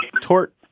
tort